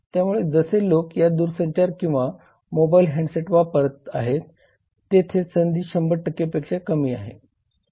त्यामुळे जसे लोक या दूरसंचार किंवा मोबाईल हँडसेट वापरत आहेत तेथे संधी 100 पेक्षा कमी आहेत